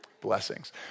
Blessings